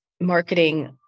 marketing